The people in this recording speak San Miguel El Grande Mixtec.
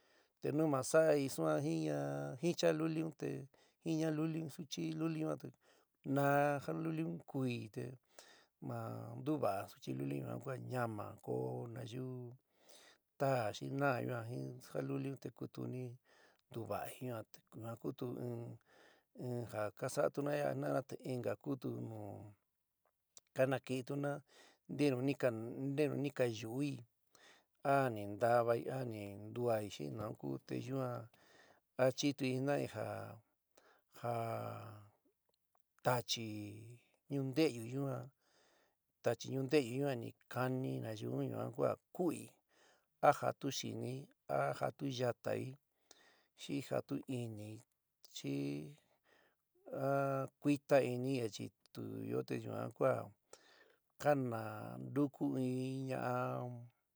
Te nu ma sa'i suan jiña jin chaluli un te jin ñaluli, suchi luli un te naá jaluli un kuɨi te ma ntuva'a suchi luli un ku a ñama ko nayu taá xi naá yuan jin jaluli un te kutuni ntuva'a yuan te ñua kutu in ja ka sa'atuna jina'ana ya'a te inka kutu nu ka naki'intuna ntenu ntenu ni ka yu'ui, a ni ntavaai a ni ntuaaii xi nou ku te yuan achitui jina'i ja ja tachi ñuunteyu yuan tachi ñuunteyu yuan ni kani nayu un yuan ku ja ku'ui a jatu xinií a jatu yataií, xi jatu inɨ xi, a kuita ini achituyó te yuan kua kanantukui in ña'a.